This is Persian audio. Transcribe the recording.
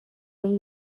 این